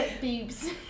Boobs